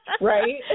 right